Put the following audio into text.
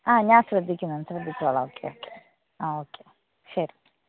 ആ ഞാൻ ശ്രദ്ധിക്കുന്നൊണ്ട് ശ്രദ്ധിച്ചോളാം ഓക്കെ ഓക്കെ ആ ഓക്കെ ശെരി